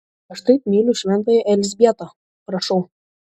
aš taip myliu šventąją elzbietą prašau